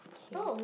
okay